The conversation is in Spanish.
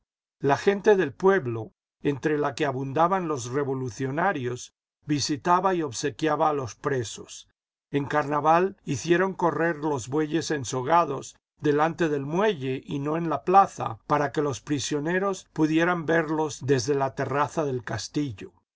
la gente del pueblo entre la que abundaban los revolucionarios visitaba y obsequiaba a los presos en carnaval hicieron correr los bueyes ensogados delante del muelle y no en la plaza para que los prisioneros pudieran verlos desde la terraza del castillo